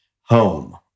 home